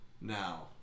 Now